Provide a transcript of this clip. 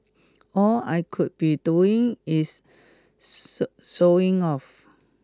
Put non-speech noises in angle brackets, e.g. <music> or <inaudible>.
all I could be doing is <unintelligible> showing off